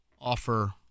offer